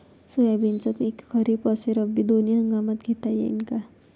सोयाबीनचं पिक खरीप अस रब्बी दोनी हंगामात घेता येईन का?